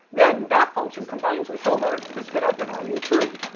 then, that function combines with hogarth to spit out the value true!